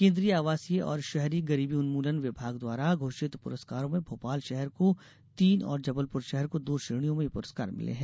केन्द्रीय आवासीय और शहरी गरीबी उन्मूलन विभाग द्वारा घोषित पुरस्कारों में भोपाल शहर को तीन और जबलपुर शहर को दो श्रेणियों में ये पुरस्कार मिले हैं